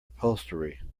upholstery